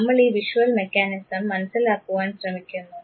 നമ്മൾ ഈ visual mechanism മനസ്സിലാക്കുവാൻ ശ്രമിക്കുന്നു